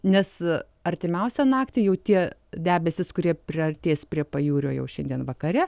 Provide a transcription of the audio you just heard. nes artimiausią naktį jau tie debesys kurie priartės prie pajūrio jau šiandien vakare